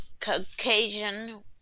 Caucasian